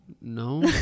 No